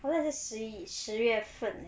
好像是十一十月份 eh